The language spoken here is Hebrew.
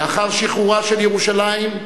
לאחר שחרורה של ירושלים,